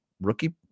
rookie